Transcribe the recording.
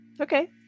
Okay